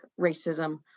racism